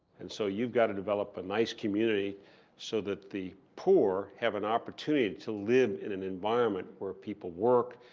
and so you've got to develop a nice community so that the poor have an opportunity to live in an environment where people work,